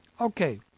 Okay